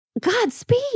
Godspeed